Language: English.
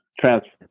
transfer